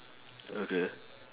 okay